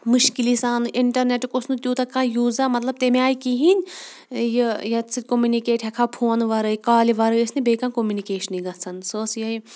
مُشکِلی سان اِنٹرنیٹُک اوس نہٕ تیوٗتاہ کانٛہہ یوٗزا مَطلب تمہِ آیہِ کِہیٖنۍ یہِ یَتھ سۭتۍ کٔمنِکیٹ ہیٚکہ ہاو فون وَرٲے کالہِ وَرٲے ٲسۍ نہٕ بیٚیہِ کانٛہہ کومنِکیشنٕے گژھان سۄ ٲس یِہے